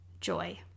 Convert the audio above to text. joy